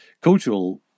cultural